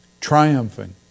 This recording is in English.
triumphing